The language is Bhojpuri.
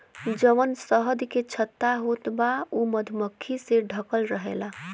जवन शहद के छत्ता होत बा उ मधुमक्खी से ढकल रहेला